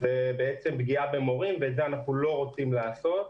זאת פגיעה במורים ואת זה אנחנו לא רוצים לעשות.